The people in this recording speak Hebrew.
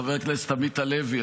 חבר הכנסת עמית הלוי,